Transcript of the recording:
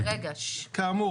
מיוחדת ------ כאמור,